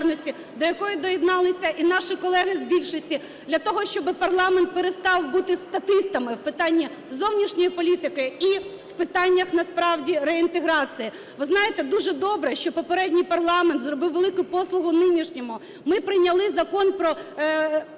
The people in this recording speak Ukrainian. до якої доєдналися і наші колеги з більшості, для того щоб парламент перестав бути статистами у питанні зовнішньої політики і в питаннях насправді реінтеграції. Ви знаєте, дуже добре, що попередній парламент зробив велику послугу нинішньому: ми прийняли Закон про